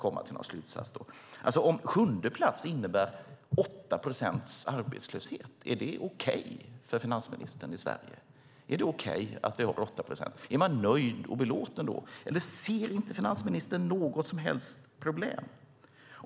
Om sjunde plats innebär 8 procents arbetslöshet, är det okej för finansministern? Är man nöjd och belåten? Ser inte finansministern något som helst problem?